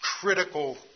critical